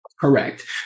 Correct